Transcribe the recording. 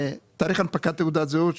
תאריך הנפקת תעודת זהות,